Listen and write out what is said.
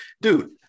Dude